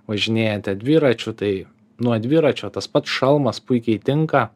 važinėjate dviračiu tai nuo dviračio tas pats šalmas puikiai tinka